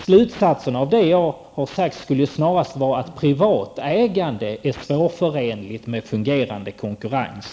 Slutsatsen av det jag har sagt skulle snarast vara att privat ägande är svårförenligt med fungerande konkurrens.